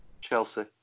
Chelsea